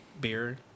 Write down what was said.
beer